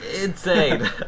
Insane